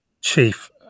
chief